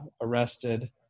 arrested